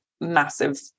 massive